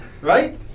Right